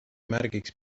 märgiks